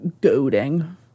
goading